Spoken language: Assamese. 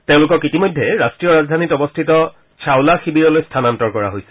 তেওঁলোকক ইতিমধ্যে ৰাষ্ট্ৰীয় ৰাজধানীত অৱস্থিত ছাওলা শিবিৰলৈ স্থানান্তৰ কৰা হৈছে